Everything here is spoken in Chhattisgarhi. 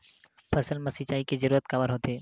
फसल मा सिंचाई के जरूरत काबर होथे?